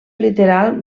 literal